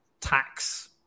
tax